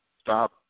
Stop